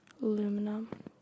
Aluminum